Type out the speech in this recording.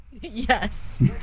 Yes